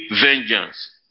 vengeance